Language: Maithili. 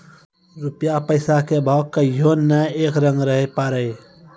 रूपया पैसा के भाव कहियो नै एक रंग रहै पारै